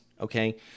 Okay